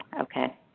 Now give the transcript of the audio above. Okay